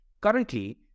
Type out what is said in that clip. Currently